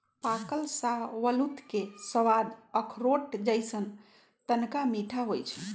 पाकल शाहबलूत के सवाद अखरोट जइसन्न तनका मीठ होइ छइ